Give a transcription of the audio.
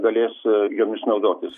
galės jomis naudotis